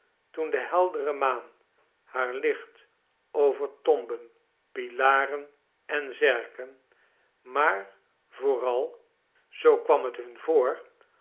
toen de heldere maan haar licht over tomben pilaren en zerken maar vooral zoo kwam het hun voor